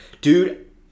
Dude